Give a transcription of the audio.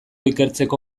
ikertzeko